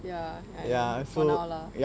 ya I know for now lah ya out of sight